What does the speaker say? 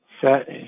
set